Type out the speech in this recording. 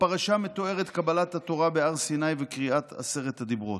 בפרשה מתוארת קבלת התורה בהר סיני וקריאת עשרת הדברות.